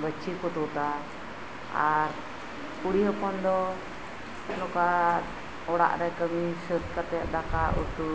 ᱜᱟᱹᱪᱷᱤᱠᱩ ᱛᱩᱫᱟ ᱟᱨ ᱠᱩᱲᱤ ᱦᱚᱯᱚᱱᱫᱚ ᱱᱚᱠᱟ ᱚᱲᱟᱜ ᱨᱮ ᱠᱟᱹᱢᱤ ᱥᱟᱹᱛ ᱠᱟᱛᱮᱫ ᱫᱟᱠᱟ ᱩᱛᱩ